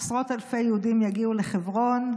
עשרות אלפי יהודים יגיעו לחברון,